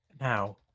Now